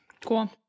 cool